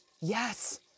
Yes